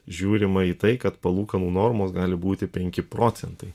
žiūrima į tai kad palūkanų normos gali būti penki procentai